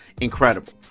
incredible